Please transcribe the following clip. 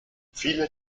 viele